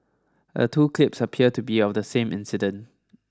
the two clips appear to be of the same incident